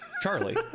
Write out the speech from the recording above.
Charlie